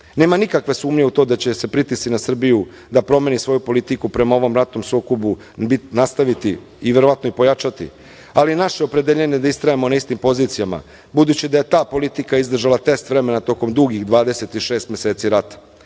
nikakve sumnje u to da će se pritisci na Srbiju da promene svoju politiku prema ovom ratnom sukobu nastaviti i verovatno i pojačati, ali naše opredeljenje je da istrajemo na istim pozicijama, budući da je ta politika izdržala test vremena tokom dugih 26 meseci rata.